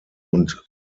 und